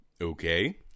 Okay